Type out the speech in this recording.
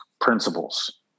Principles